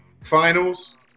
finals